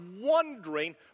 wondering